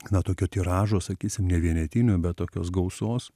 na tokio tiražo sakysim nevienetinio bet tokios gausos